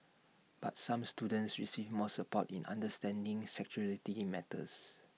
but some students receive more support in understanding sexuality matters